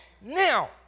Now